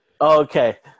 okay